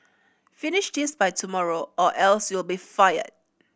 finish this by tomorrow or else you'll be fired